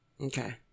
Okay